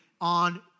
on